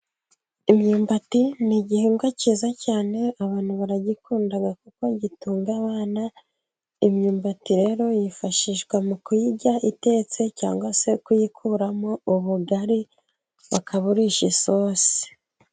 Imyumbati ni igihingwa cyiza cyane, abantu baragikunda kuko gitunga abana. Imyumbati rero yifashishwa mu kuyirya itetse cyangwa se kuyikuramo ubugari bakaburisha isosi.